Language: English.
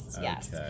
Yes